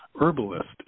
herbalist